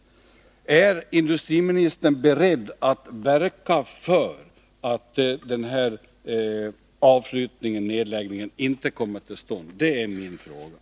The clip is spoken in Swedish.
Men min fråga lyder: Är industriministern beredd att verka för att den här nedläggningen inte kommer till stånd?